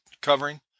covering